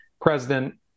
president